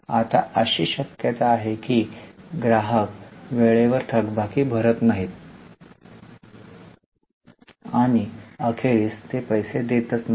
आता अशी शक्यता आहे की काही ग्राहक वेळेवर थकबाकी भरत नाहीत आणि अखेरीस ते पैसे देतच नाहीत